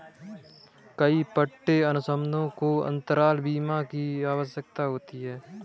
कई पट्टे अनुबंधों को अंतराल बीमा की आवश्यकता होती है